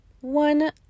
one